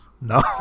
No